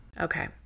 Okay